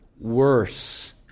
worse